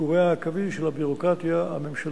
בקורי העכביש של הביורוקרטיה הממשלתית.